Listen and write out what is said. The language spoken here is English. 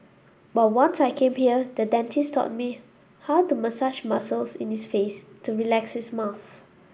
but once I came here the dentist taught me how to massage muscles in his face to relax his mouth